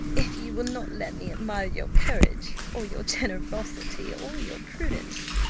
if you will not let me admire your courage, or your generosity, or your prudence,